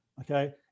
okay